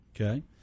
Okay